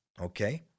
Okay